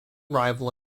rival